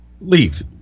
leave